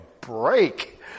break